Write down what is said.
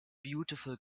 beautiful